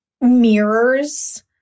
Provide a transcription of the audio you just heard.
mirrors